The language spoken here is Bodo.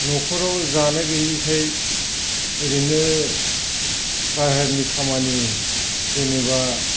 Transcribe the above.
न'खराव जानो गैयैखाय ओरैनो बाहेरनि खामानि जेनोबा